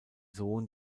sohn